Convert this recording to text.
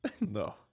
No